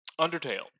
Undertale